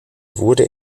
wurde